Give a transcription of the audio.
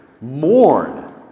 Mourn